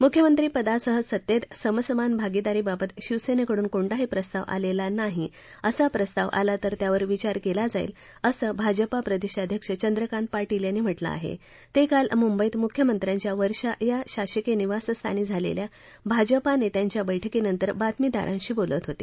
मुख्यमंत्रिपदासह सत्तेत समसमान भागिदारीबाबत शिवसेनेकडून कोणताही प्रस्ताव आलेला नाही असा प्रस्ताव आला तर त्यावर विचार केला जाईल असं भाजपा प्रदेशाध्यक्ष चंद्रकांत पाटील यांनी म्हटलं आहे ते काल मुंबईत मुख्यमंत्र्यांच्या वर्षा या शासकीय निवासस्थानी झालेल्या भाजपा नेत्यांच्या बैठकीनंतर बातमीदारांशी बोलत होते